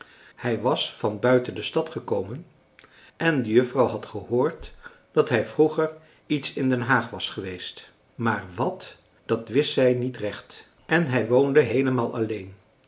hij was van buiten de stad gekomen en de juffrouw had gehoord dat hij vroeger iets in den haag was geweest maar wàt dat wist zij niet recht en hij woonde heelemaal alleen